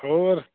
ਹੋਰ